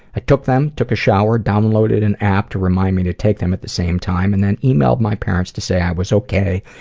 i took them, took a shower, downloaded an app to remind me to take them at the same time and then emailed my parents to say i was ok,